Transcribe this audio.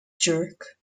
jerk